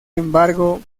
embargo